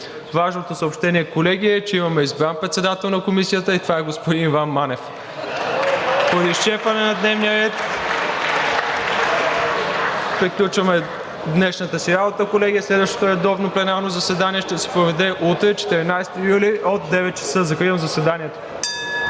Важното съобщение, колеги, е, че имаме избран председател на Комисията и това е господин Иван Манев. (Ръкопляскания.) Поради изчерпване на дневния ред приключваме днешната си работа. Колеги, следващото редовно пленарно заседание ще се проведе утре, 14 юли 2022 г., от 9,00 ч. Закривам заседанието.